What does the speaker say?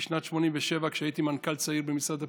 בשנת 1987, כשהייתי מנכ"ל צעיר במשרד הפנים,